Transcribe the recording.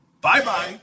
Bye-bye